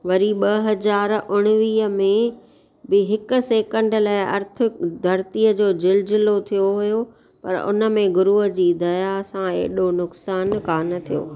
वरी ॿ हज़ार उणिवीह में ॿी हिकु सेकंड लाइ अर्थ धरतीअ जो जिलजिलो थियो हुओ त उन में गुरूअ जी दया सां एॾो नुक़सानु कोन थियो